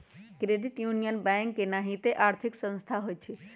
credit union bank के नाहिते आर्थिक संस्था होइ छइ